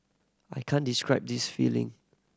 I can't describe this feeling